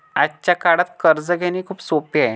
आजच्या काळात कर्ज घेणे खूप सोपे आहे